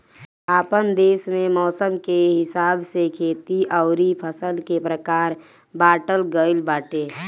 आपन देस में मौसम के हिसाब से खेती अउरी फसल के प्रकार बाँटल गइल बाटे